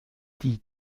die